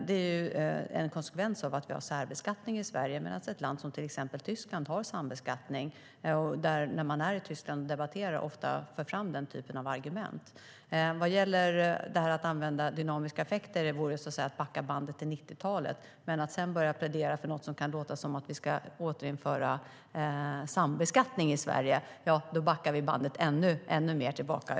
Det är en konsekvens av att vi har särbeskattning i Sverige medan ett land som till exempel Tyskland har sambeskattning. När man är i Tyskland och debatterar förs ofta den typen av argument fram. Vad gäller att använda dynamiska effekter vore det att backa bandet till 90-talet. Att sedan börja plädera för något som kan låta som att vi ska återinföra sambeskattning i Sverige gör att vi backar bandet ännu mer tillbaka.